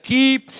Keep